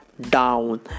down